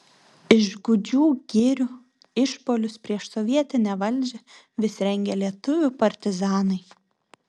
iš gūdžių girių išpuolius prieš sovietinę valdžią vis rengė lietuvių partizanai